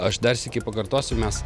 aš dar sykį pakartosiu mes